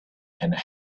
and